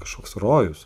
kažkoks rojus